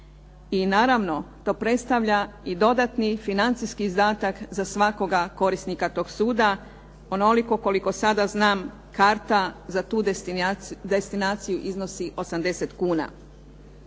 I naravno, to predstavlja i dodatni financijski izdatak za svakog korisnika tog suda. Onoliko koliko sada znam karta za tu destinaciju iznosi 80 kuna.